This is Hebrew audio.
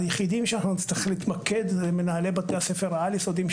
היחידים שאנחנו נצטרך להתמקד זה מנהלי בתי הספר העל-יסודיים,